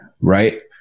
right